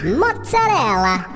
mozzarella